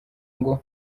ngo